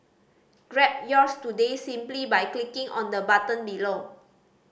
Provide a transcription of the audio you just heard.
grab yours today simply by clicking on the button below